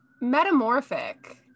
metamorphic